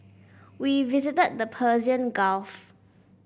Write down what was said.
we visited the Persian Gulf